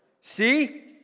See